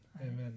Amen